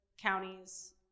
counties